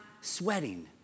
sweating